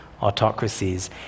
autocracies